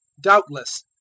doubtless